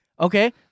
Okay